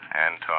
Anton